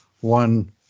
one